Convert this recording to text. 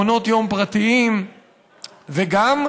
מעונות יום פרטיים וגם,